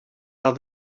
are